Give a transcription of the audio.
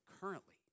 currently